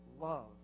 love